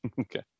Okay